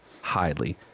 highly